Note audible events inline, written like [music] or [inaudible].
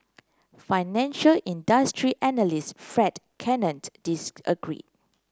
[noise] financial industry analyst Fred [unintelligible] disagreed